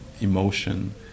emotion